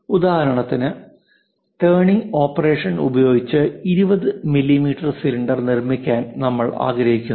ഉദാഹരണത്തിന് turning operation ഉപയോഗിച്ച് 20 millimetre cylinder നിർമ്മിക്കാൻ നമ്മൾ ആഗ്രഹിക്കുന്നു